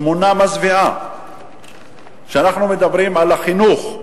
תמונה מזוויעה כשאנחנו מדברים על החינוך.